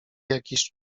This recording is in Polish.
jakiś